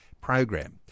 program